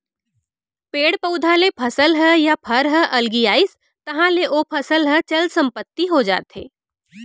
पेड़ पउधा ले फसल ह या फर ह अलगियाइस तहाँ ले ओ फसल ह चल संपत्ति हो जाथे